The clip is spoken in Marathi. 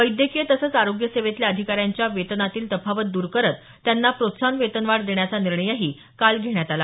वैद्यकीय तसंच आरोग्य सेवेतल्या अधिकाऱ्यांच्या वेतनातील तफावत दुर करत त्यांना प्रोत्साहन वेतनवाढ देण्याचा निर्णयही काल घेण्यात आला